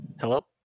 Hello